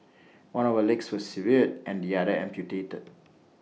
one of her legs was severed and the other amputated